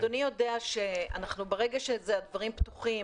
אבל אדוני יודע שברגע שהדברים פתוחים